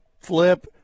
flip